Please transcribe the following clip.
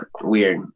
weird